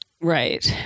Right